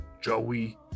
Joey